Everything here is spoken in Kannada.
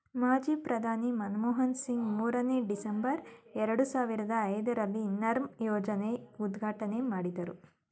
ಮಾಜಿ ಪ್ರಧಾನಿ ಮನಮೋಹನ್ ಸಿಂಗ್ ಮೂರನೇ, ಡಿಸೆಂಬರ್, ಎರಡು ಸಾವಿರದ ಐದರಲ್ಲಿ ನರ್ಮ್ ಯೋಜನೆ ಉದ್ಘಾಟನೆ ಮಾಡಿದ್ರು